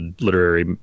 literary